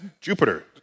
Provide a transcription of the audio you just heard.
Jupiter